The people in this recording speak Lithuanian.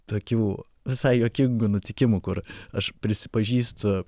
tokių visai juokingų nutikimų kur aš prisipažįstu